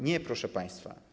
Nie, proszę państwa.